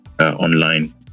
online